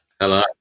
Hello